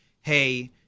hey